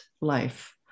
life